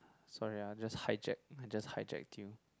sorry ah just hijack just hijacked you